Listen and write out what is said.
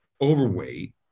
overweight